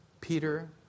Peter